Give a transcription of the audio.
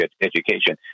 education